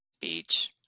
Beach